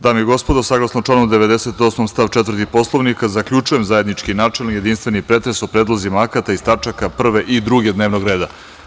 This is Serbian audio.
Dame i gospodo, saglasno članu 98. stav 4. Poslovnika, zaključujem zajednički načelni, jedinstveni pretres o predlozima akata iz tačaka 1. i 2. dnevnog reda.